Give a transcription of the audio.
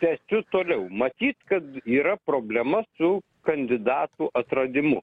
tęsiu toliau matyt kad yra problema su kandidatų atradimu